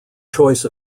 choice